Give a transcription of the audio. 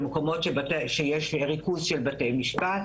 במקומות שיש ריכוז של בתי משפט.